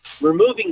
removing